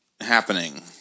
happening